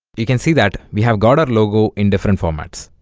you can see that we have got our logo in different formats